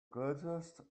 greatest